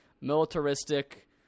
militaristic